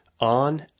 on